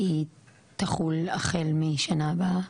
היא תחול החל משנה הבאה.